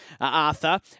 Arthur